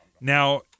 Now